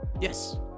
Yes